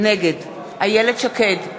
נגד איילת שקד,